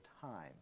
time